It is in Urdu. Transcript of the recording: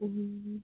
ہوں